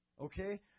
okay